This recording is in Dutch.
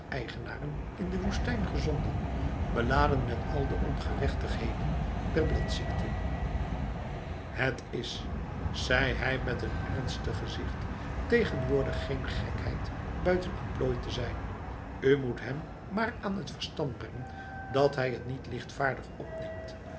eigenaren in de woestijn gezonden beladen met al de ongerechtigheden der bladziekte het is zei hij met een ernstig gezicht tegenwoordig geen gekheid buiten emplooi te zijn u moet hem maar aan het verstand brengen dat hij t niet lichtvaardig opneemt